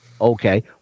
okay